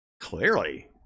clearly